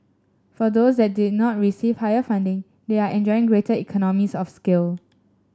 for those that did not receive higher funding they are enjoying greater economies of scale